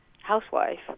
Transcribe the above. housewife